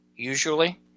Usually